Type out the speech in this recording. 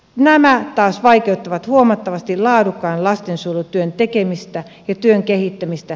nämä taas vaikeuttavat huomattavasti laadukkaan lastensuojelutyön tekemistä ja työn kehittämistä